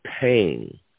pain